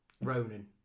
Ronan